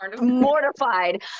mortified